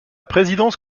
présidence